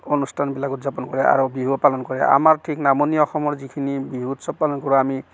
অনুষ্ঠানবিলাক উদযাপন কৰে আৰু বিহুও পালন কৰে আমাৰ ঠিক নামনি অসমৰ যিখিনি বিহু উৎসৱ পালন কৰোঁ আমি